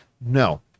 No